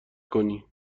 کنی